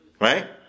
right